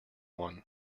one